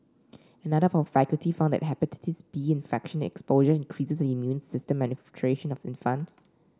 another of our faculty found that Hepatitis B infection exposure increases the immune system maturation of infants